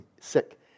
sick